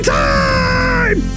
time